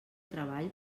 treball